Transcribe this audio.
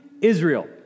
Israel